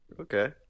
Okay